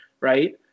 right